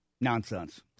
Nonsense